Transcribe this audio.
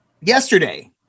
yesterday